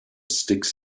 sticks